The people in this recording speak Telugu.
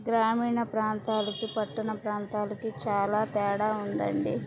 గ్రామీణ ప్రాంతాలకు పట్టణ ప్రాంతాలకి చాలా తేడా ఉందండి